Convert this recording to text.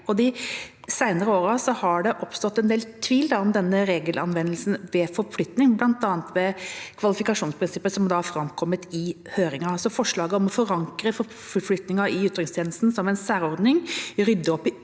De senere årene har det oppstått en del tvil om denne regelanvendelsen ved forflytning, bl.a. ved kvalifikasjonsprinsippet, slik det har framkommet i høringen. Forslaget om å forankre forflytningen i utenrikstjenesten som en særordning,